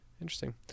Interesting